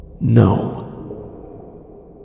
no